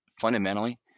fundamentally